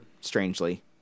strangely